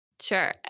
Sure